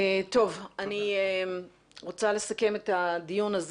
אני רוצה לסכם את הדיון.